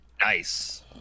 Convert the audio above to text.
Nice